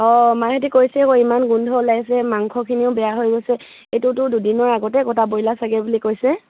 অঁ মাইহঁতি কৈছে আৰু ইমান গোন্ধ ওলাইছে মাংসখিনিও বেয়া হৈ গৈছে এইটোতো দুদিনৰ আগতে কটা ব্ৰইলাৰ চাগে বুলি কৈছে